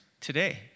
today